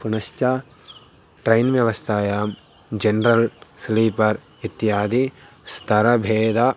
पुनश्च ट्रैन् व्यवस्थायां general sleeper इत्यादिस्तरभेदः